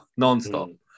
nonstop